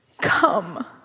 Come